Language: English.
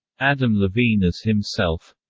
adam levine as himself